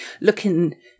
looking